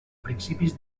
principis